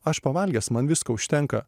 aš pavalgęs man visko užtenka